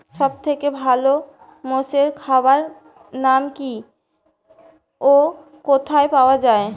সব থেকে ভালো মোষের খাবার নাম কি ও কোথায় পাওয়া যায়?